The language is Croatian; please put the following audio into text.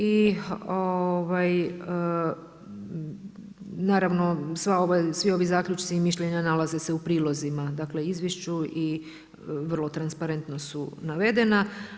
I naravno svi ovi zaključci i mišljenja nalazi se u prilozima izvješću i vrlo transparentno su navedena.